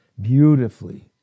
beautifully